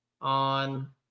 on